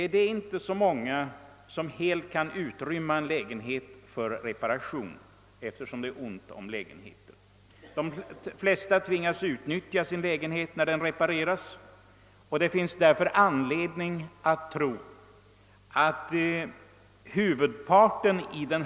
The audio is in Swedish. Men det är väl inte så många som helt kan utrymma en lägenhet för reparation, eftersom det är ont om bostäder; de flesta tvingas utnyttja sin lägenhet även under den tid då den repareras.